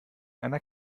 einer